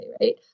right